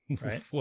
right